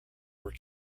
were